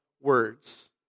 words